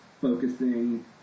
focusing